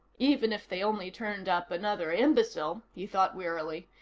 even if they only turned up another imbecile, he thought wearily,